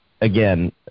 again